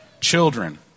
children